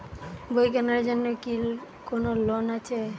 বই কেনার জন্য কি কোন লোন আছে?